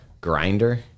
grinder